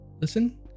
listen